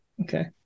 Okay